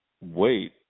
wait